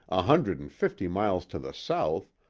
a hundred and fifty miles to the south,